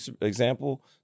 example